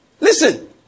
Listen